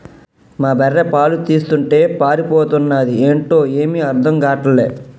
మా బర్రె పాలు తీస్తుంటే పారిపోతన్నాది ఏంటో ఏమీ అర్థం గాటల్లే